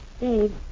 Dave